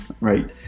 right